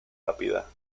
rápida